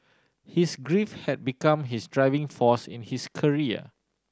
his grief had become his driving force in his career